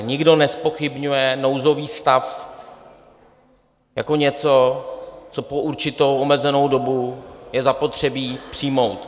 Nikdo nezpochybňuje nouzový stav jako něco, co po určitou omezenou dobu je zapotřebí přijmout.